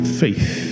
faith